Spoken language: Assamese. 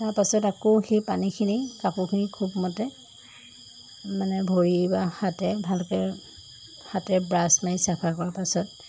তাৰপাছত আকৌ সেই পানীখিনি কাপোৰখিনি খুব মতে মানে ভৰি বা হাতেৰে ভালকৈ হাতেৰে ব্ৰাছ মাৰি চাফা কৰাৰ পাছত